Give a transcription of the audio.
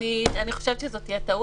אני חושבת שזו תהיה טעות.